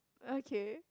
okay